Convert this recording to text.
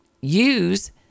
use